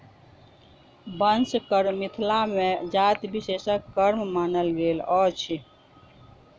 बंस कर्म मिथिला मे जाति विशेषक कर्म मानल गेल अछि